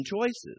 choices